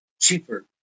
cheaper